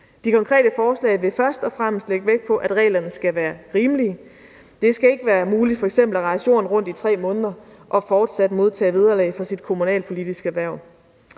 De konkrete forslag vil først og fremmest lægge vægt på, at reglerne skal være rimelige. Det skal ikke være muligt f.eks. at rejse jorden rundt i 3 måneder og fortsat modtage vederlag for sit kommunalpolitiske hverv.